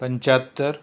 पंचात्तर